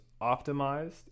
optimized